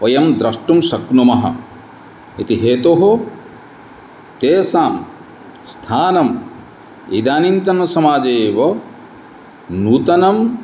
वयं द्रष्टुं शक्नुमः इति हेतोः तेषां स्थानम् इदानीन्तन समाजे एव नूतनम्